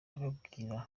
ndababwira